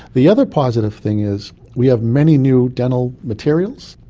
the other positive thing is we have many new dental materials,